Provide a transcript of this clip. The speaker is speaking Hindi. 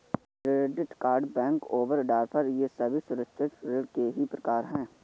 क्रेडिट कार्ड बैंक ओवरड्राफ्ट ये सभी असुरक्षित ऋण के ही प्रकार है